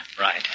Right